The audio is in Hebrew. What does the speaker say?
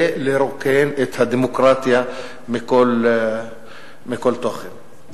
זה לרוקן את הדמוקרטיה מכל תוכן.